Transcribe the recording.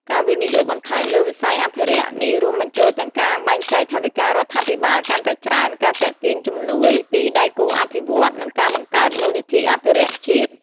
ការវិនិយោគបន្ថែមលើវិស័យអភិរក្ស នេះរួមបញ្ចូលទាំងការបែងចែកថវិការដ្ឋាភិបាលកាន់តែច្រើន ការទាក់ទាញជំនួយពីដៃគូអភិវឌ្ឍន៍ និងការបង្កើតមូលនិធិអភិរក្សជាតិ។